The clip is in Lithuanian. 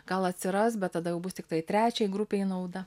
gal atsiras bet tada jau bus tiktai trečiai grupei nauda